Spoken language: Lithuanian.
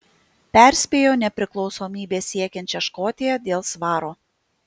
perspėjo nepriklausomybės siekiančią škotiją dėl svaro